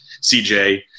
CJ